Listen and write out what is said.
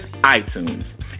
iTunes